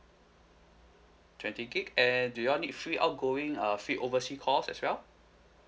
twenty gigabyte and do you all need free outgoing uh free overseas calls as well